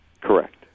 Correct